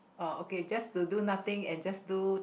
uh okay just to do nothing and just do